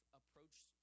approached